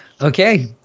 Okay